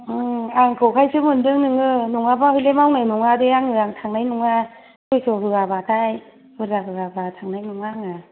आंखौखायसो मोन्दों नोङो नङाब्ला हले मावनाय नङा दे आङो आं थांनाय नङा सयस' होयाबलाथाय बुरजा होयाबा थांनाय नङा आङो